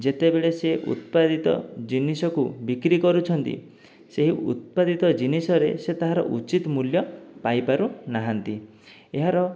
ଯେତେବେଳେ ସିଏ ଉତ୍ପାଦିତ ଜିନିଷକୁ ବିକ୍ରି କରୁଛନ୍ତି ସେ ଉତ୍ପାଦିତ ଜିନିଷରେ ସେ ତାହାର ଉଚିତ୍ ମୂଲ୍ୟ ପାଇପାରୁ ନାହାନ୍ତି ଏହାର